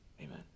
amen